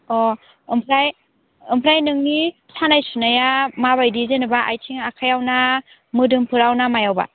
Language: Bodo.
अ ओमफ्राय ओमफ्राय नोंनि सानाय सुनाया माबायदि जेनेबा आथिं आखाइआव ना मोदोमफोराव ना मायावबा